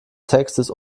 textes